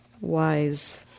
wise